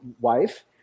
wife